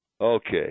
Okay